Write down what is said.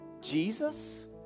Jesus